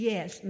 Yes